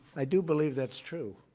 i do believe that's true,